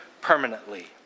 permanently